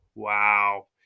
Wow